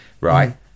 right